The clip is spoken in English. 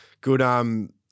good